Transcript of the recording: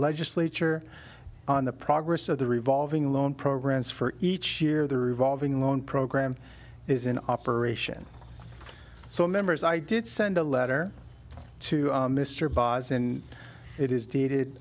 legislature on the progress of the revolving loan programs for each year the revolving loan program is in operation so members i did send a letter to mr boss and it is dated